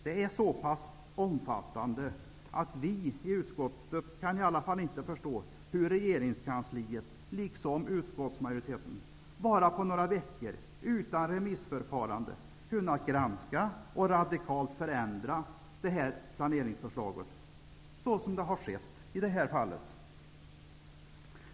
Det är så pass omfattande att vi inte kan förstå hur regeringskansliet liksom utskottsmajoriteten bara på några veckor, utan remissförfarande, kunnat granska och så radikalt förändra planeringsförslaget.